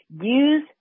use